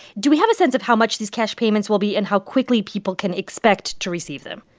do we have a sense of how much these cash payments will be and how quickly people can expect to receive them?